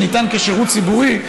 שניתן כשירות ציבורי,